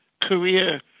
career